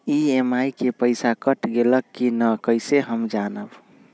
EMI के पईसा cut गेलक कि ना कइसे हम जानब?